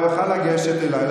הוא יכול היה לגשת אליי,